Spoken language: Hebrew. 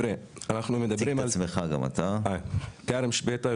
אני כארם שביטה,